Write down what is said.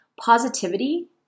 positivity